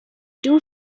two